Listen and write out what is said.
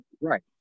Right